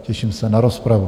Těším se na rozpravu.